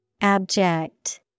Abject